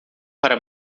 para